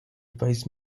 advised